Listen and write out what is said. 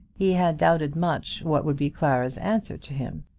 he had doubted much what would be clara's answer to him.